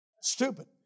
stupid